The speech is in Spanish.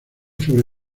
sobre